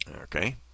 Okay